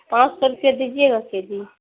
پانچ سو روپیہ دیجیے گا کے جی